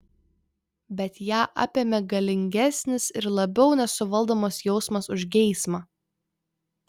bet ją apėmė galingesnis ir labiau nesuvaldomas jausmas už geismą